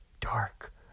dark